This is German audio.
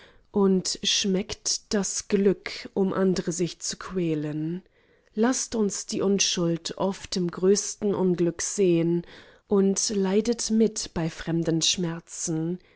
und schmeckt das glück um andre sich zu quälen laßt uns die unschuld oft im größten unglück sehn und leidet mit bei fremden schmerzen